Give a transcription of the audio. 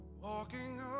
Walking